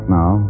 now